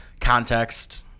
Context